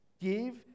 Give